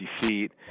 feet